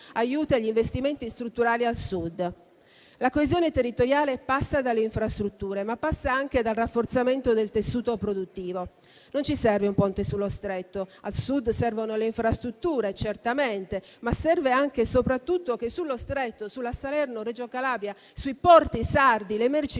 aiuti agli investimenti strutturali al Sud. La coesione territoriale passa dalle infrastrutture, ma anche dal rafforzamento del tessuto produttivo. Non ci serve un ponte sullo Stretto; al Sud servono certamente le infrastrutture, ma serve anche e soprattutto che sullo Stretto, sulla tratta autostradale Salerno-Reggio Calabria, sui porti sardi le merci